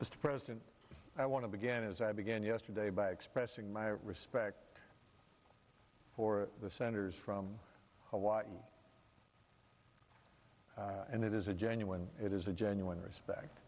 mr president i want to begin as i began yesterday by expressing my respect for the senators from hawaii and it is a genuine it is a genuine respect